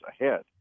ahead